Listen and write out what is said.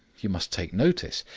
you just take notice.